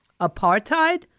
Apartheid